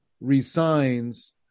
resigns